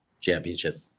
championship